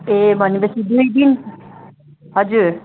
ए भनेपछि दुई दिन हजुर